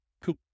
Cool